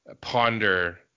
ponder